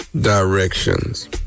directions